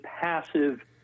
passive